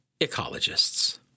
Ecologists